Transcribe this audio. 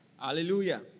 Hallelujah